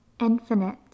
infinite